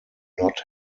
not